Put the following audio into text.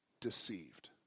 deceived